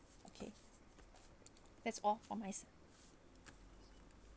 okay that's all from my side